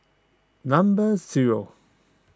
number zero